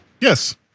Yes